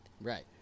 Right